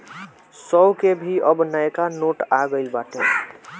सौ के भी अब नयका नोट आ गईल बाटे